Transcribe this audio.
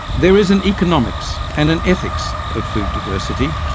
there is an economics and an ethics of food diversity.